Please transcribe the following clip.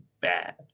bad